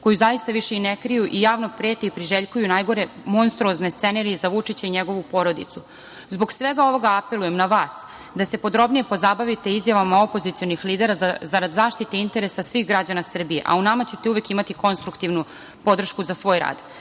koju zaista više i ne kriju i javno prete i priželjkuju najgore monstruozne scenarije za Vučića i njegovu porodicu. Zbog svega ovoga apelujem na vas da se podrobnije pozabavite izjavama opozicionih lidera zarad zaštite interesa svih građana Srbije, a u nama ćete uvek imati konstruktivnu podršku za svoj